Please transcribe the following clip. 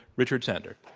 richard sander.